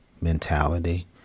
mentality